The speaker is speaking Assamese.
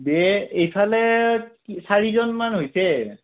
দে এইফালে চাৰিজনমান হৈছে